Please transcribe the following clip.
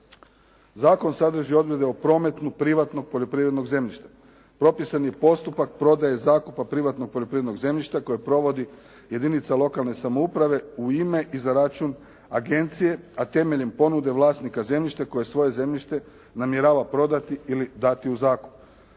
Zakon sadrži odredbe o prometu privatnog poljoprivrednog zemljišta. Propisan je postupak prodaje i zakupa poljoprivrednog zemljišta koja provodi jedinica lokalne samouprave u ime i za račun agencije, a temeljem ponude vlasnika zemljišta koje svoje zemljište namjerava prodati ili dati u zakup.